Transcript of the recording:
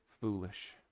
foolish